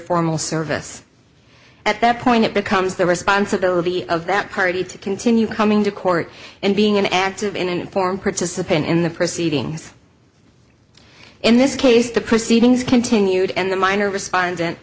formal service at that point it becomes the responsibility of that party to continue coming to court and being an active and informed participant in the proceedings in this case the proceedings continued and the minor respondent